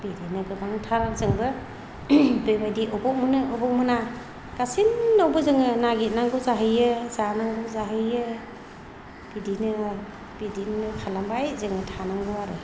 बिदिनो गोबांथार जोङो बेबायदि अबाव मोनो अबाव मोना गासिननावबो जोङो नागिरनांगौ जाहैयो जानांगौ जाहैयो बिदिनो बिदिनो खालामबाय जोङो थानांगौ आरो